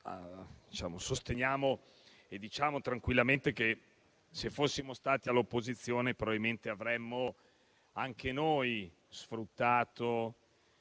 intellettuale diciamo tranquillamente che, se fossimo stati all'opposizione, probabilmente avremmo anche noi sfruttato